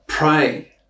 Pray